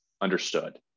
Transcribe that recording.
understood